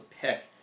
pick